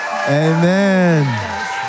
Amen